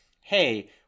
hey